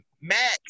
Matt